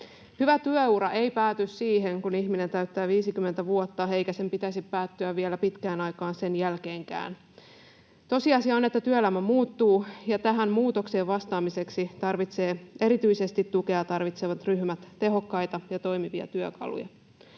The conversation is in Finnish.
Hyvä työura ei pääty siihen, kun ihminen täyttää 50 vuotta, eikä sen pitäisi päättyä vielä pitkään aikaan sen jälkeenkään. Tosiasia on, että työelämä muuttuu, ja tähän muutokseen vastaamiseksi tarvitsevat erityisesti tukea tarvitsevat ryhmät tehokkaita ja toimivia työkaluja.